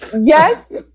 Yes